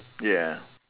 ya